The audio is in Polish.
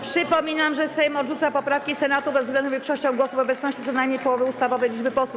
Przypominam, że Sejm odrzuca poprawki Senatu bezwzględną większością głosów w obecności co najmniej połowy ustawowej liczby posłów.